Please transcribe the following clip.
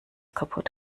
kaputt